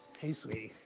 hey sweetie.